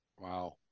Wow